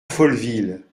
folleville